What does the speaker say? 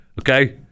okay